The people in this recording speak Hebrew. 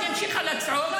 אבל היא המשיכה לצעוק,